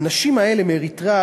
האנשים האלה מאריתריאה,